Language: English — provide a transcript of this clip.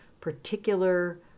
particular